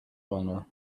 honor